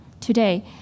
today